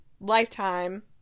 Lifetime